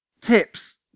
Tips